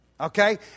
Okay